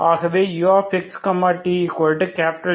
ஆகவே uxtXx